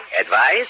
Advice